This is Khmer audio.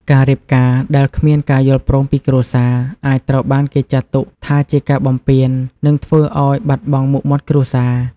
ការរៀបការដែលគ្មានការយល់ព្រមពីគ្រួសារ អាចត្រូវបានគេចាត់ទុកថាជាការបំពាន និងធ្វើឱ្យបាត់បង់មុខមាត់គ្រួសារ។